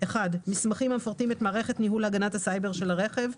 מסמכים הפרטים את מערכת ניהול הגנת הסייבר של הרכב,